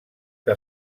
que